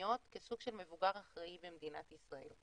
המקומיות כסוג של מבוגר אחראי במדינת ישראל.